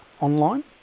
online